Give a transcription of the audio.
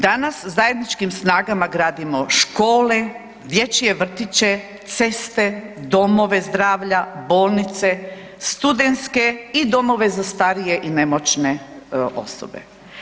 Danas zajedničkim snagama gradimo škole, dječje vrtiće, ceste, domove zdravlja, bolnice, studentske i domove za starije i nemoćne osobe.